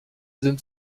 sind